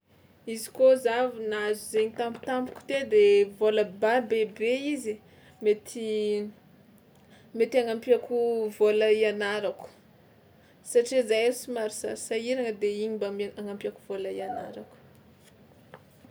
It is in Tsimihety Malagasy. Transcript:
Izy kôa za avy nahazo zay tampotampoka teo de vôla ba- bebe izy mety mety anampiàko vôla ianarako satria zahay somary sarisahiragna de iny mba me- agnampiàko vôla ianarako.